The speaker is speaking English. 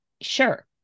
sure